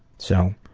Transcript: so